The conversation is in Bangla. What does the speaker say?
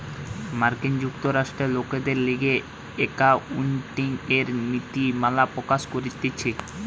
মার্কিন যুক্তরাষ্ট্রে লোকদের লিগে একাউন্টিংএর নীতিমালা প্রকাশ করতিছে